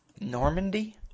normandy